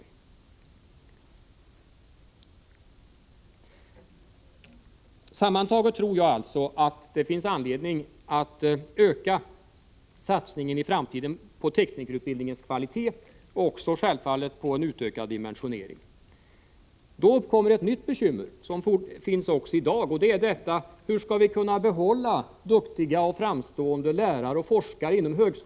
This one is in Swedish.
ES : E Ez j Fredagen den Sammantaget tror jag alltså att det finns anledning att i framtiden öka 15 mars 1985 satsningen på teknikerutbildningens kvalitet och självfallet även på dimen SONEnINEET .: Om åtgärder för att Då uppkommer ett nytt bekymmer, som vi har redan i dag, och det är hur kommatillrätta vi skall kunna behålla duktiga och framstående lärare och forskare inom med teknikerbris.